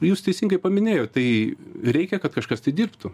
jūs teisingai paminėjot tai reikia kad kažkas tai dirbtų